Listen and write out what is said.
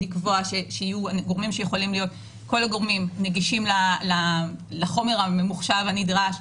לקבוע שיהיו גורמים כל הגורמים נגישים לחומר הממוחשב הנדרש.